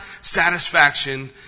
satisfaction